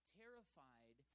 terrified